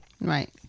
Right